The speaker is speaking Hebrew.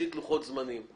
לוחות הזמנים.